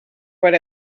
what